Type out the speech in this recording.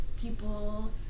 people